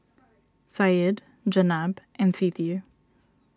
Syed Jenab and Siti